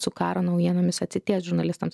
su karo naujienomis atsitiest žurnalistams